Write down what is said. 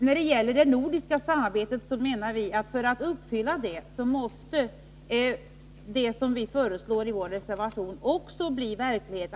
När det gäller det nordiska samarbetet menar vi att för att vi skall kunna fullfölja detta måste vårt förslag i vår reservation också bli realitet.